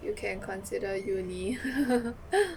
you can consider uni